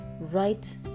right